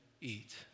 eat